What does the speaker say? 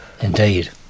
Indeed